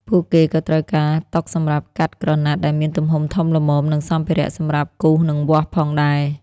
ពួកគេក៏ត្រូវការតុសម្រាប់កាត់ក្រណាត់ដែលមានទំហំធំល្មមនិងសម្ភារៈសម្រាប់គូសនិងវាស់ផងដែរ។